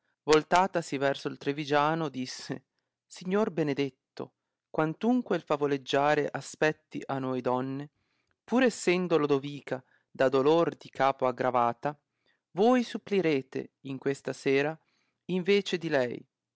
voltatasi verso il trivigiano disse signor benedetto quantunque il favoleggiare aspetti a noi donne pur essendo lodovica da dolor di capo aggravata voi supplirete in questa sera in vece di lei